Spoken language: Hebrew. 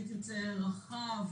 רחב,